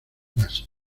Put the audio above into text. las